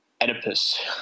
Oedipus